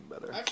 better